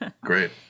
Great